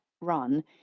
run